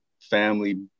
family